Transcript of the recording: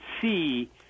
see